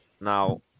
Now